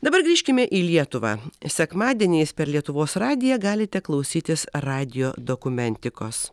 dabar grįžkime į lietuvą sekmadieniais per lietuvos radiją galite klausytis radijo dokumentikos